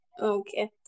Okay